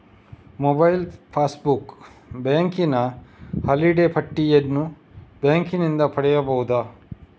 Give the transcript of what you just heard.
mobile passbook, ಬ್ಯಾಂಕಿನ holiday ಪಟ್ಟಿಯನ್ನು ಬ್ಯಾಂಕಿನಿಂದ ಪಡೆಯಬಹುದು